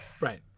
Right